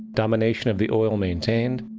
domination of the oil maintained,